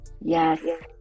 Yes